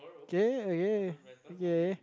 okay okay okay